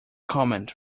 comment